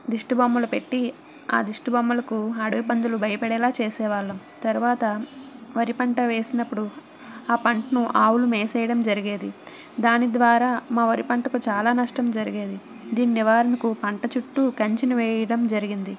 దిష్టి బొమ్మలు పెట్టి ఆ దిష్టి బొమ్మలకు అడవి పందులు భయపడేలాగా చేసేవాళ్ళం తరువాత వరి పంట వేసినప్పుడు ఆ పంటను ఆవులు మేసేయడం జరిగేది దాని ద్వారా మా వరి పంటకు చాలా నష్టం జరిగేది దీని నివారణకు పంట చుట్టు కంచెను వేయడం జరిగింది